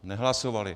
Nehlasovali.